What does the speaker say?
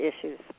issues